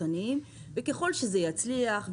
פרטניים והוא יצליח,